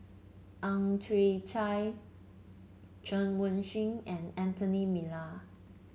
Ang Chwee Chai Chen Wen Hsi and Anthony Miller